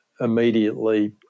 immediately